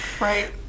right